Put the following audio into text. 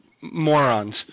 morons